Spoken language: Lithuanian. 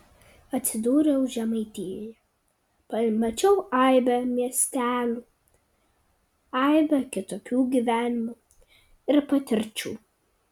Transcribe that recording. atsidūriau žemaitijoje pamačiau aibę miestelių aibę kitokių gyvenimų ir patirčių